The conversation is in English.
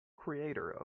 creator